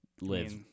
live